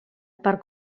per